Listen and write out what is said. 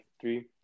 three